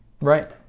right